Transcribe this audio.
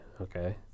okay